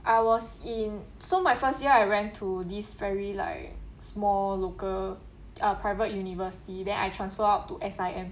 I was in so my first year I went to this very like small local private university then I transfer out to S_I_M